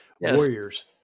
Warriors